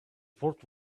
fort